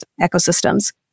ecosystems